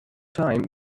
time